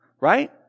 right